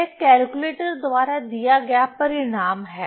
यह कैलकुलेटर द्वारा दिया गया परिणाम है